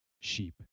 sheep